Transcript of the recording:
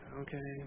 okay